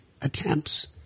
attempts